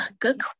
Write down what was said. Good